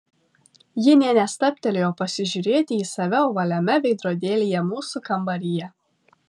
ji nė nestabtelėjo pasižiūrėti į save ovaliame veidrodėlyje mūsų kambaryje